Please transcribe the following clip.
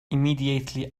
immediately